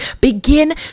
Begin